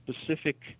specific